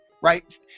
right